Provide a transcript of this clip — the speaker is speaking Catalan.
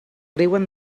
riuen